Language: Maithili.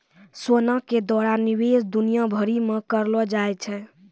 सोना के द्वारा निवेश दुनिया भरि मे करलो जाय छै